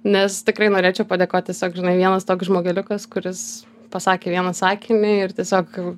nes tikrai norėčiau padėkot tiesiog žinai vienas toks žmogeliukas kuris pasakė vieną sakinį ir tiesiog